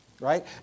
right